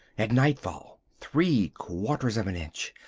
at nightfall three-quarters of an inch,